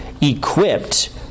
equipped